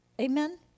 Amen